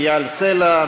אייל סלע,